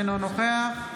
אינו נוכח